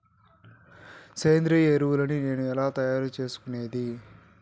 సేంద్రియ ఎరువులని నేను ఎలా తయారు చేసుకునేది?